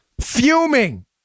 Fuming